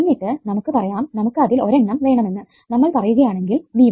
എന്നിട്ട് നമുക്ക് പറയാം നമുക്ക് അതിൽ ഒരെണ്ണം വേണമെന്ന് നമ്മൾ പറയുകയാണെങ്കിൽ V1